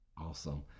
Awesome